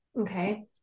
okay